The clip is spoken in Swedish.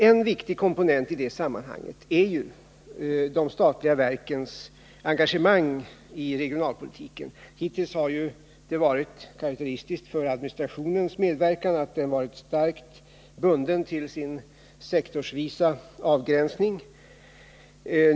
En viktig komponent i det sammanhanget är de statliga verkens engagemang i regionalpolitiken. Hittills har det varit karakteristiskt för administrationens medverkan att den varit starkt bunden till sin sektorsvisa avgränsning.